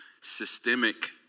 systemic